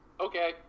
okay